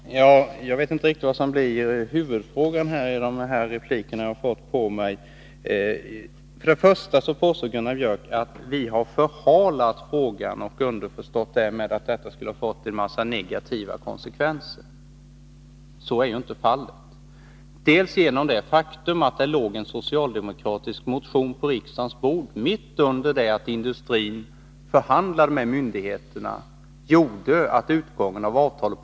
Herr talman! Jag vet inte riktigt vad som är huvudfrågan i de repliker som jag har fått. Jag börjar med Gunnar Björk i Gävle. Han påstår att vi har förhalat frågan och, underförstått, att det skall ha gett en mängd negativa konsekvenser. Så är inte fallet. Det faktum att det mitt under det att industrin förhandlade med myndigheterna låg en socialdemokratisk motion på riksdagens bord påverkade utformningen av avtalet.